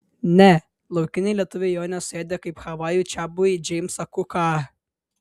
ne laukiniai lietuviai jo nesuėdė kaip havajų čiabuviai džeimsą kuką